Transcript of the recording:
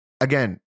again